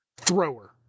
thrower